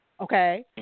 okay